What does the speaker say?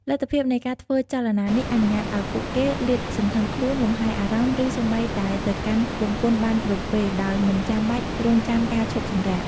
លទ្ធភាពនៃការធ្វើចលនានេះអនុញ្ញាតឱ្យពួកគេលាតសន្ធឹងខ្លួន លំហែរអារម្មណ៍ ឬសូម្បីតែទៅកាន់បង្គន់បានគ្រប់ពេល ដោយមិនចាំបាច់រង់ចាំការឈប់សម្រាក។